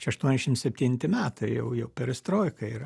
čia aštuoniasdešim septinti metai jau jau perestroika yra